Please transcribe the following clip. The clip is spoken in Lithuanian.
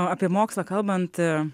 apie mokslą kalbant